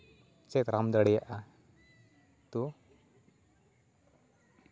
ᱪᱮᱠᱨᱟᱢ ᱫᱟᱮᱭᱟᱜᱼᱟ ᱛᱚ